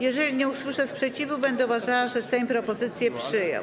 Jeżeli nie usłyszę sprzeciwu, będę uważała, że Sejm propozycję przyjął.